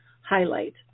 highlight